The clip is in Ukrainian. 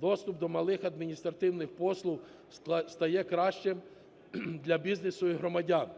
Доступ до малих адміністративних послуг стає кращим для бізнесу і громадян.